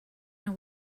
know